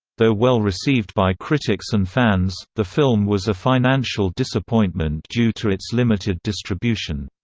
though well received by critics and fans, the film was a financial disappointment due to its limited distribution.